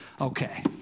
Okay